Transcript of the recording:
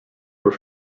were